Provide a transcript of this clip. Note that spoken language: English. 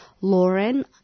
Lauren